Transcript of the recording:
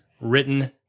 written